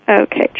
Okay